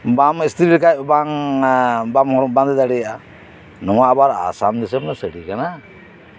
ᱵᱟᱢ ᱤᱥᱛᱤᱨᱤ ᱞᱮᱠᱷᱟᱡ ᱵᱟᱢ ᱵᱟᱫᱮᱸ ᱫᱟᱲᱮᱭᱟᱜᱼᱟ ᱱᱚᱣᱟ ᱟᱵᱟᱨ ᱟᱥᱟᱢ ᱫᱤᱥᱚᱢ ᱨᱮᱭᱟᱜ ᱥᱟᱹᱲᱤ ᱠᱟᱱᱟ